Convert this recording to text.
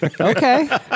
Okay